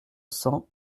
cent